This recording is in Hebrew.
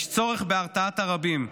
יש צורך בהרתעת הרבים,